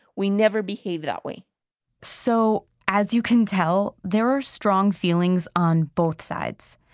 we never behave that way so as you can tell, there are strong feelings on both sides.